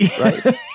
right